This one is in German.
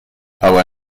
aber